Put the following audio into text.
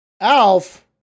Alf